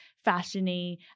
fashion-y